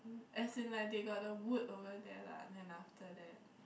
as in like they got a wood over there lah then after that